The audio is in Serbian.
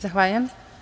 Zahvaljujem.